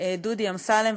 דודי אמסלם,